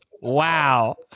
Wow